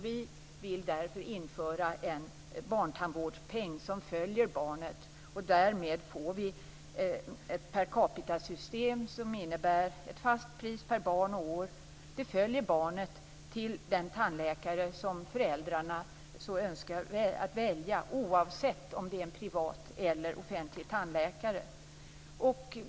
Vi vill därför införa en barntandvårdspeng som följer barnet. Därmed får vi ett per capita-system som innebär ett fast pris per barn och år. Det följer barnet till den tandläkare som föräldrarna så önskar välja, oavsett om det är en privat eller en offentlig tandläkare.